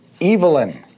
Evelyn